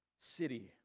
city